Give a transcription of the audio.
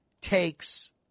takes